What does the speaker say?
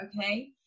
Okay